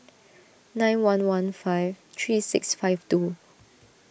nine one one five three six five two